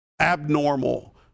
abnormal